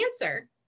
answer